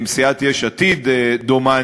עם סיעת יש עתיד דומני.